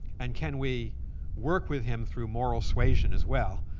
and can we work with him through moral suasion as well,